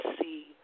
see